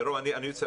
מירום, סליחה רגע.